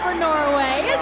um norway